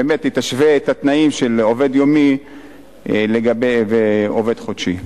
היא באמת תשווה את התנאים של עובד יומי ועובד חודשי.